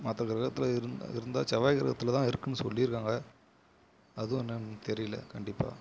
மற்ற் கிரகத்தில் இருந்தால் இருந்தால் செவ்வாய் கிரகததில்தான் இருக்குதுன்னு சொல்லியிருக்காங்க அதுவும் என்னான்னு தெரியல கண்டிப்பாக